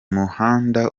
muhanda